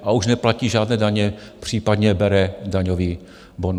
A už neplatí žádné daně, případně bere daňový bonus.